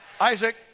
Isaac